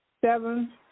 seven